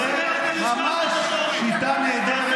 זו ממש שיטה נהדרת,